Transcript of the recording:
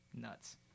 nuts